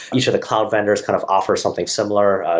each of the cloud vendors kind of offer something similar.